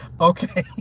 Okay